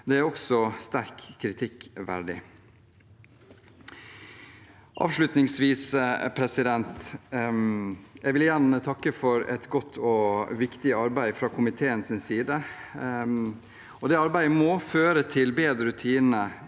Det er også sterkt kritikkverdig. Avslutningsvis: Jeg vil igjen takke for et godt og viktig arbeid fra komiteens side. Det arbeidet må føre til bedre rutiner,